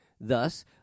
Thus